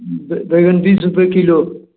बैंगन बीस रुपए कीलो